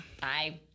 Bye